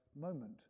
moment